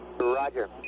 Roger